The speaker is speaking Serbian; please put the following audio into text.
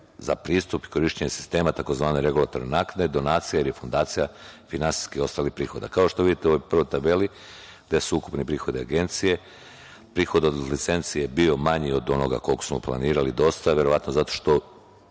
za pristup i korišćenje sistema, tzv. regulatorne naknade, donacija i refundacija finansijskih i ostalih prihoda. Kao što vidite u ovoj prvoj tabeli gde su ukupni prihodi Agencije, prihod od licenci je bio dosta manji od onoga koliko smo planirali, a verovatno zato što